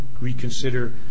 reconsider